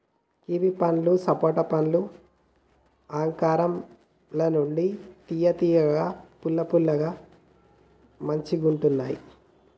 kiwi పండ్లు సపోటా పండ్ల ఆకారం ల ఉండి తియ్య తియ్యగా పుల్ల పుల్లగా మంచిగుంటున్నాయ్